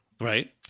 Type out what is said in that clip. Right